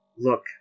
Look